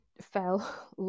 fell